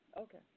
Okay